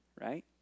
right